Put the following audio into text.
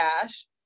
cash